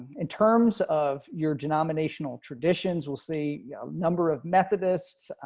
in terms of your denominational traditions. we'll see yeah number of methodists,